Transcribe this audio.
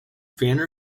banner